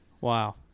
wow